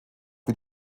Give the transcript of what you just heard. wie